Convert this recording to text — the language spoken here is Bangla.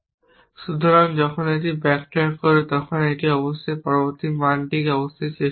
সুতরাং যখন এটি ব্যাকট্র্যাক করে তখন এটি অবশ্যই পরবর্তী মানটি অবশ্যই চেষ্টা করবে